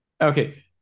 Okay